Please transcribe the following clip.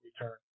return